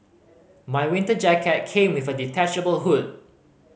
my winter jacket came with a detachable hood